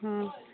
ହଁ